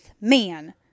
man